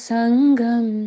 Sangam